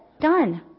Done